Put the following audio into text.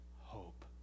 hope